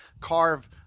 carve